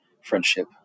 friendship